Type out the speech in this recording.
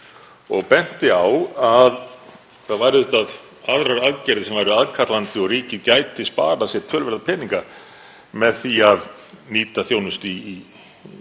og benti á að það væru auðvitað aðrar aðgerðir sem væru aðkallandi og ríkið gæti sparað sér töluverða peninga með því að nýta þjónustu þessa